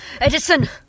Edison